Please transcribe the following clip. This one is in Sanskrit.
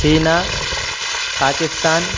चीना पाकिस्तान्